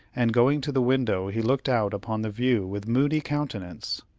and going to the window, he looked out upon the view with moody countenance.